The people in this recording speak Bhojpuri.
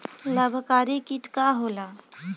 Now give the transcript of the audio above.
लाभकारी कीट का होला?